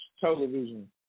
television